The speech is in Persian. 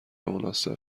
مناسب